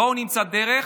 בואו נמצא דרך